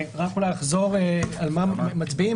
אני רק אחזור ואומר על מה מצביעים.